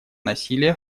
насилия